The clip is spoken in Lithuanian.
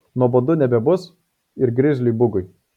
nuobodu nebebus ir grizliui bugui